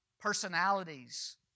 personalities